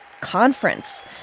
conference